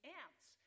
ants